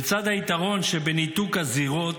לצד היתרון שבניתוק הזירות,